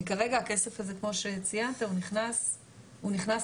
כרגע הכסף הזה כמו שציינתי, הוא נכנס למדינה.